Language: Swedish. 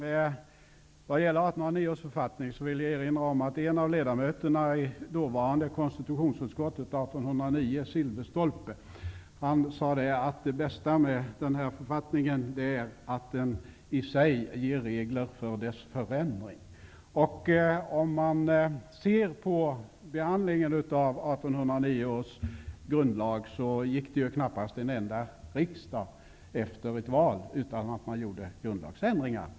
När det gäller 1809 års författning vill jag erinra om att en av ledamöterna i dåvarande konstitutionsutskottet, Silfverstolpe, sade att det bästa med den författningen var att den i sig gav regler för dess förändring. När vi sedan ser på behandlingen av 1809 års grundlag gick det knappast en riksdag efter ett val utan att det gjordes grundlagsändringar.